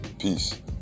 peace